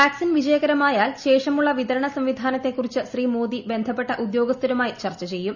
vaccine വിജയകരമായാൽ ശേഷമുള്ള വിതരണ സംവിധാനത്തെക്കുറിച്ച് ശ്രീ മോദി ബന്ധപ്പെട്ട ഉദ്യോഗസ്ഥരുമായി ചർച്ച ചെയ്യും